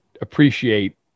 appreciate